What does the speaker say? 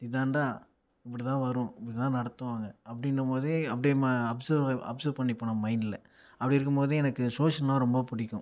இதாண்டா இப்படித்தான் வரும் இது தான் நடத்துவாங்க அப்பிடின்னும் போதே அப்படியே ஆஃப்செர்வ் ஆஃப்செர்வ் பண்ணிப்போம் நம்ம மைண்டில் அப்படிருக்கும் போது எனக்கு சோசியல்ன்னால் எனக்கு ரொம்ப பிடிக்கும்